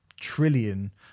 trillion